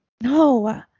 No